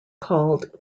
called